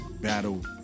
battle